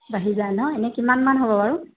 বাঢ়ি যায় নহ্ এনেই কিমানমান হ'ব বাৰু